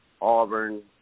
Auburn